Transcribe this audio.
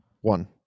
One